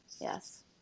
yes